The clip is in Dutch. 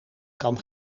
kan